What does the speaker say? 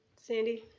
sandy